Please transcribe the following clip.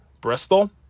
Bristol